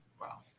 Wow